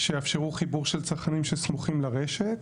שיאפשרו חיבור של צרכנים שסמוכים לרשת.